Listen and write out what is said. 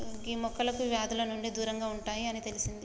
గీ మొక్కలు వ్యాధుల నుండి దూరంగా ఉంటాయి అని తెలిసింది